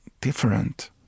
different